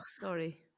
sorry